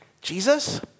Jesus